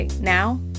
Now